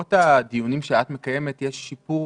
שבעקבות הדיונים שאנחנו מקיימים יש שיפור